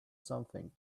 something